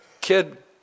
kid